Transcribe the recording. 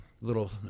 little